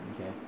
Okay